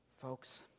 folks